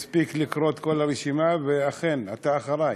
הוא הספיק לקרוא את כל הרשימה, ואכן, אתה אחרי.